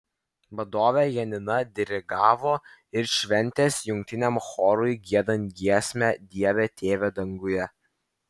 vadovė janina dirigavo ir šventės jungtiniam chorui giedant giesmę dieve tėve danguje